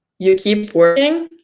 you keep working,